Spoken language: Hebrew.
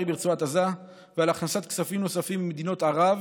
ברצועת עזה ולהכנסת כספים נוספים ממדינות ערב,